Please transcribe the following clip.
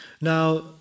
Now